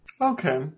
Okay